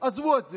עזבו את זה.